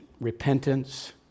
repentance